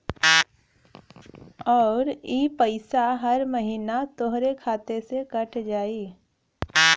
आउर इ पइसवा हर महीना तोहरे खाते से कट जाई